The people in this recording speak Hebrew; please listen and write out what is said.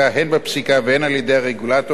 הן בפסיקה והן על-ידי הרגולטורים